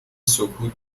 سکوت